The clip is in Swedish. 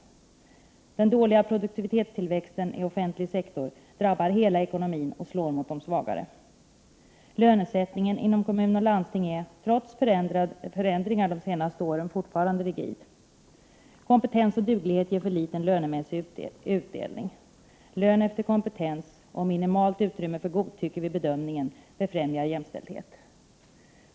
Den dåliga produktivitetstillväxten i offentlig sektor drabbar hela ekonomin och slår mot de svagare. Lönesättningen inom kommun och landsting är, trots förändringar de senaste åren, fortfarande rigid. Kompetens och duglighet ger för liten lönemässig utdelning. Lön efter kompetens och minimalt utrymme för godtycke vid bedömningen befrämjar jämställdhet.